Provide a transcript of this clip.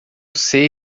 sei